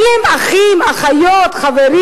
אין להם אחים, אחיות, חברים,